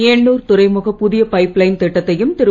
எண்ணூர் துறைமுக புதிய பைப்லைன் திட்டத்தையும் திரு